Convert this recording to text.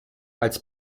als